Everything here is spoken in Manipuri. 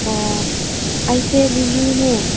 ꯑꯣ ꯑꯩꯁꯦ ꯂꯤꯂꯤꯅꯦ